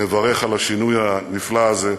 מברך על השינוי הנפלא הזה.